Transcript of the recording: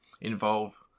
involve